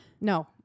No